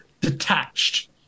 detached